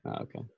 Okay